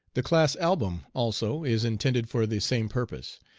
the class album also is intended for the same purpose.